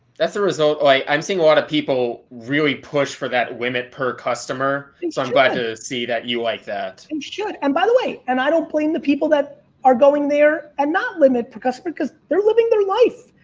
that's the result like i'm seeing a lot of people really push for that limit per customer. so i'm glad to see that you like and should. and by the way, and i don't blame the people that are going there and not limit per customer because they're living their life.